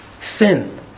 Sin